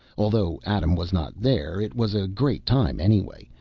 although adam was not there, it was a great time anyway,